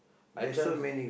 I trust